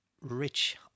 rich